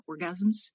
orgasms